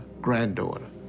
granddaughter